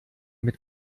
mit